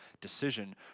decision